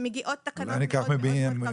שמגיעות תקנות --- אולי ניקח מהבניינים